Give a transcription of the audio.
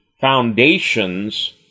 foundations